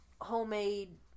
homemade